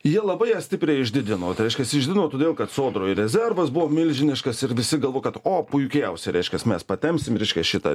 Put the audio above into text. jie labai ją stipriai išdidino tai reiškias išdidino todėl kad sodroj rezervas buvo milžiniškas ir visi galvojo kad o puikiausiai reiškias mes patempsim reiškia šitą